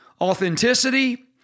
authenticity